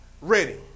ready